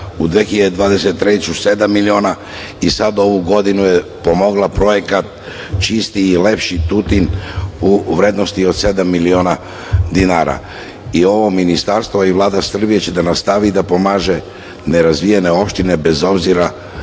sedam miliona i sad u ovoj godini je pomogla projekat „Čistiji i lepši Tutin“ u vrednosti od sedam miliona dinara. Ovo ministarstvo i Vlada Srbije će da nastavi da pomaže nerazvijene opštine bez obzira